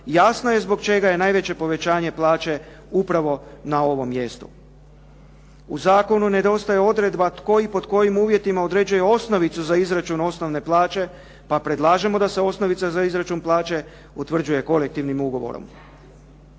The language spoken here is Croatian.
jasno je zbog čega je najveće povećanje plaće upravo na ovom mjestu. U zakonu nedostaje odredba tko i pod kojim uvjetima određuje osnovicu za izračun osnovne plaće pa predlažemo da se osnovica za izračun plaće utvrđuje kolektivnim ugovorom.